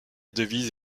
devise